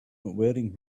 wearing